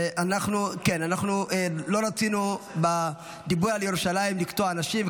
לא רצינו בדיבור על ירושלים לקטוע אנשים,